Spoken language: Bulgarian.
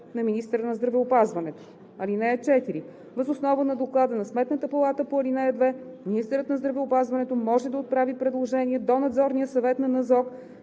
на министъра на здравеопазването. (4) Въз основа на Доклада на Сметната палата по ал. 2 министърът на здравеопазването може да отправи предложение до надзорния съвет на НЗОК